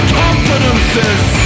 confidences